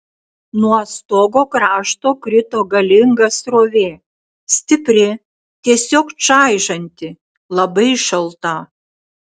nuo stogo krašto krito galinga srovė stipri tiesiog čaižanti labai šalta